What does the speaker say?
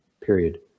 period